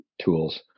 tools